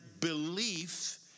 belief